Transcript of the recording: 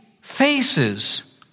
faces